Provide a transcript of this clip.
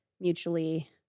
mutually